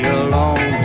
alone